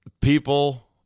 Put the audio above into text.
People